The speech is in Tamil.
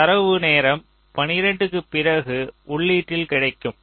இந்த தரவு நேரம் 12 க்குப் பிறகு உள்ளீட்டில் கிடைக்கும்